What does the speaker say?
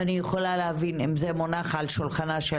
ואני יכולה להבין אם זה מונח על שולחנה של